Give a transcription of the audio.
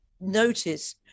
notice